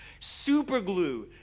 Superglue